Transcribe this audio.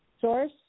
source